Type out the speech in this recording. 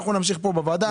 אנחנו נמשיך פה בוועדה,